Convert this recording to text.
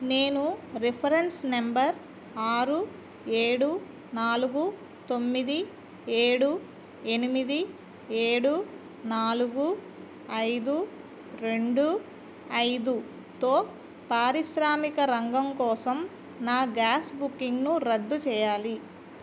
నేను reference number ఆరు ఏడు నాలుగు తొమ్మిది ఏడు ఎనిమిది ఏడు నాలుగు ఐదు రెండు ఐదుతో పారిశ్రామిక రంగం కోసం నా గ్యాస్ బుకింగ్ను రద్దు చేయాలి